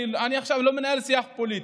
אני עכשיו לא מנהל שיח פוליטי,